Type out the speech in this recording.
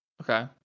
Okay